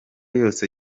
yose